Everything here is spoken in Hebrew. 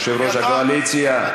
יושב-ראש הקואליציה,